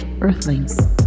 Earthlings